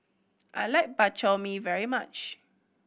I like Bak Chor Mee very much